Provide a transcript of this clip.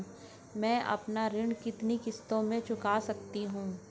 मैं अपना ऋण कितनी किश्तों में चुका सकती हूँ?